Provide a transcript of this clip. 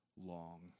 long